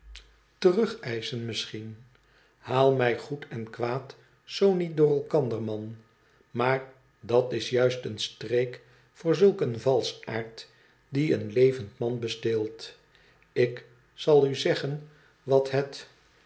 terugeischen missen haal mij goed en kwaad zoo niet door elkander man maar dat is juist een streek voor zulk een valschaard die een levend man besteelt tik zal u zeggen wat het